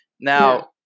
Now